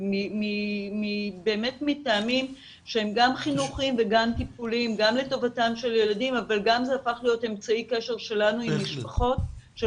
ורד וינדמן מנכ"לית המועצה לשלום הילד כיבדה אותנו בנוכחותה